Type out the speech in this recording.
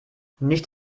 nicht